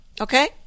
okay